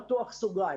אני פותח סוגריים,